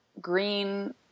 green